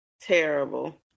Terrible